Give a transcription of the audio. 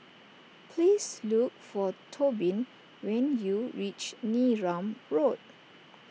please look for Tobin when you reach Neram Road